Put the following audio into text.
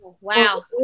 wow